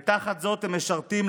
ותחת זאת הם משרתים,